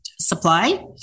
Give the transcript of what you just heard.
supply